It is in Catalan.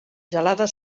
gelades